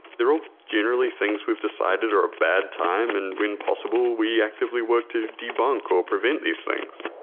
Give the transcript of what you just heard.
they're all generally things we've decided are a bad time and when possible, we actively work to debunk or prevent these things.